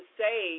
say